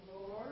Lord